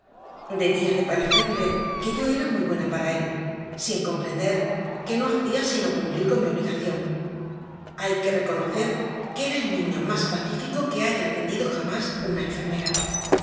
debía de parecerle que yo era muy buena para él sin comprender que no hacía sino cumplir con mi obligación hay que reconocer que era el niño más pacífico que haya atendido jamás una enfermera